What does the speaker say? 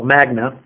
Magna